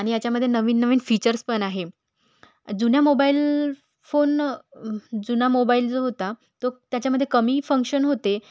आणि याच्यामध्ये नवीन नवीन फीचर्स पण आहे जुन्या मोबाईल फोन जुना मोबाईल जो होता तो त्याच्यामध्ये कमी फंक्शन होते